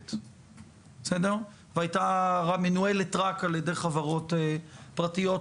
מופרטת והייתה מנוהלת רק על ידי חברות פרטיות,